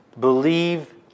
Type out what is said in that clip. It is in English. Believe